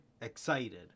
excited